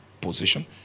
position